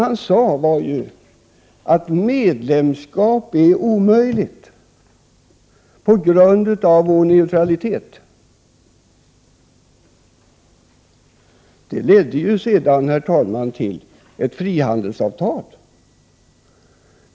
Han sade att medlemskap är omöjligt på grund av vår neutralitet. Dessa diskussioner ledde senare, herr talman, till ett frihandelsavtal.